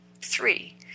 Three